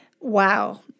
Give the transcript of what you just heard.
wow